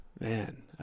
Man